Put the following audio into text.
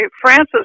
francis